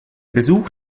besuch